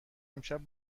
امشب